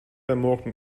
مرغ